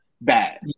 bad